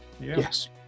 Yes